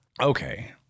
okay